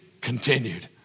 continued